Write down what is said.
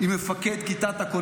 כי לא מילאת את תפקידך באמונה,